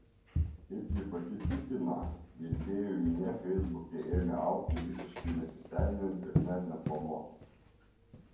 kaip ji pati tikina gerbėjų minia feisbuke ėmė augti visiškai nesistengiant ir net neplanuotai